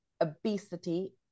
obesity